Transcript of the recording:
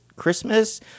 christmas